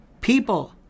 people